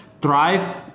Thrive